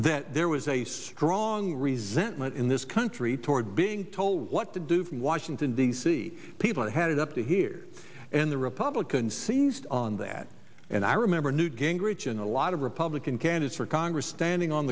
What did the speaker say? that there was a strong resent in this country toward being told what to do from washington d c people are headed up to here and the republicans seized on that and i remember newt gingrich and a lot of republican candidates for congress standing on